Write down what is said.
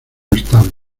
estable